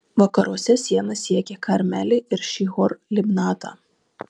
vakaruose siena siekė karmelį ir šihor libnatą